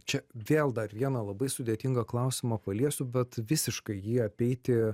čia vėl dar vieną labai sudėtingą klausimą paliesiu bet visiškai jį apeiti